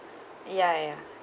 ya ya